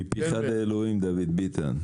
מפיך לאלוהים, דוד ביטן.